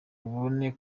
ubone